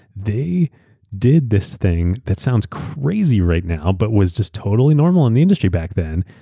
they did this thing that sounds crazy right now but was just totally normal in the industry back then.